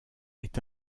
est